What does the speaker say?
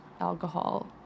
alcohol